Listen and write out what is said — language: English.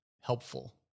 helpful